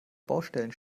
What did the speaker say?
baustellen